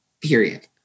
period